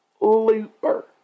Looper